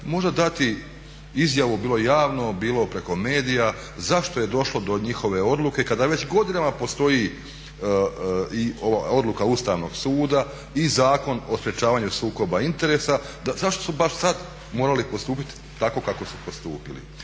možda dati izjavu bilo javno, bilo preko medija zašto je došlo do njihove odluke kada već godinama postoji i ova odluka Ustavnog suda i Zakon o sprečavanju sukoba interesa da zašto su baš sad morali postupiti tako kako su postupili.